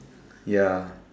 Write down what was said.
ya